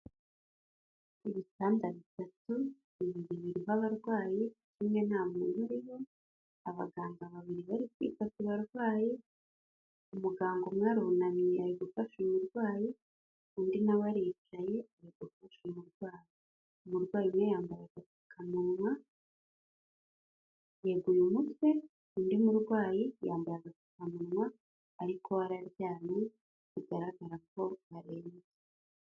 Ibitanda bitatu mu rugero rw'abarwayi kimwe nta muntu uriho abaganga babiri bari kwita ku barwayi, umuganga umwe arunamye ari gufasha umurwayi, undi nawe aricaye ari gufashe umurwayi, umurwayi umweyamba agapfukamunwa yeguye umutwe undi murwayi yambaye agapfukamunwa ariko we araryamye bigaragara ko arembye.